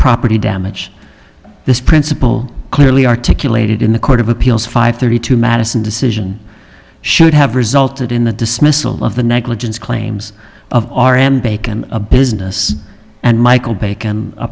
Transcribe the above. property damage this principle clearly articulated in the court of appeals five thirty two madison decision should have resulted in the dismissal of the negligence claims of r and bacon a business and michael bacon